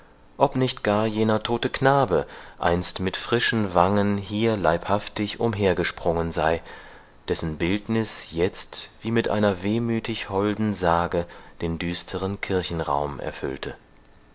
ob nicht gar jener tote knabe einst mit frischen wangen hier leibhaftig umhergesprungen sei dessen bildnis jetzt wie mit einer wehmütig holden sage den düsteren kirchenraum erfüllte